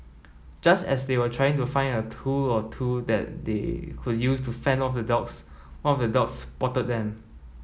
just as they were trying to find a tool or two that they could use to fend off the dogs one of the dogs spotted them